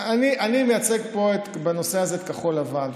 אני מייצג פה בנושא הזה את כחול לבן,